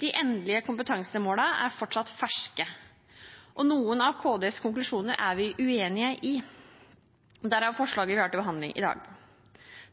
De endelige kompetansemålene er fortsatt ferske, og noen av Kunnskapsdepartementets konklusjoner er vi uenig i, derav forslaget vi har til behandling i dag.